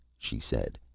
she said.